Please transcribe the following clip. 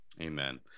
Amen